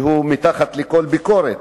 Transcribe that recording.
שהיא מתחת לכל ביקורת,